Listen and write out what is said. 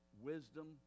wisdom